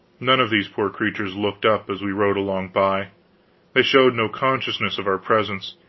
none of these poor creatures looked up as we rode along by they showed no consciousness of our presence.